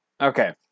Okay